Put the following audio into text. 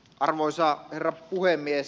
arvoisa herra puhemies